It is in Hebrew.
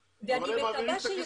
אבל את אומרת להם: אנחנו לא יודעים אם